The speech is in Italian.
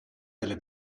delle